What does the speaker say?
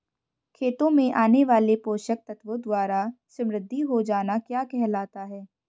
खेतों में आने वाले पोषक तत्वों द्वारा समृद्धि हो जाना क्या कहलाता है?